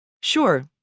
Sure